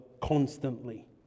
constantly